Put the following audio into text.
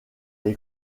les